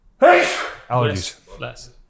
Allergies